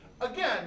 Again